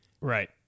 Right